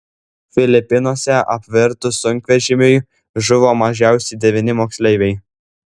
filipinuose apvirtus sunkvežimiui žuvo mažiausiai devyni moksleiviai